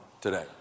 today